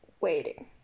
waiting